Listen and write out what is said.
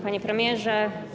Panie Premierze!